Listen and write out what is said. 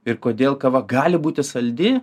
ir kodėl kava gali būti saldi